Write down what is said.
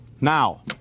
Now